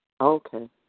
Okay